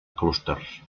clústers